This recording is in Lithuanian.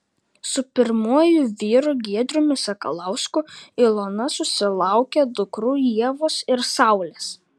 su pirmuoju vyru giedriumi sakalausku ilona susilaukė dukrų ievos ir saulės